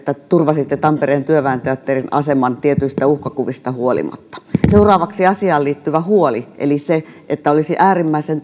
turvasitte tampereen työväen teatterin aseman tietyistä uhkakuvista huolimatta seuraavaksi asiaan liittyvä huoli eli se että olisi äärimmäisen